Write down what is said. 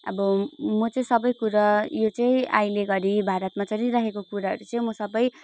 अब म चाहिँ सबै कुरा यो चाहिँ अहिले घरी भारतमा चलिरहेको कुराहरू चाहिँ म सबै